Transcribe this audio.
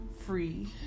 free